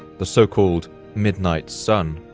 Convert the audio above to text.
the so-called midnight sun.